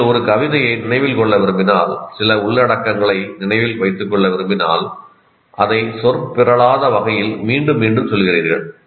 நீங்கள் ஒரு கவிதையை நினைவில் கொள்ள விரும்பினால் சில உள்ளடக்கங்களை நினைவில் வைத்துக் கொள்ள விரும்பினால் அதை சொற் பிறழாத வகையில் மீண்டும் மீண்டும் சொல்கிறீர்கள்